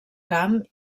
camp